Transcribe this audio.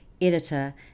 editor